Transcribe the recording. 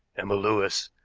emma lewis,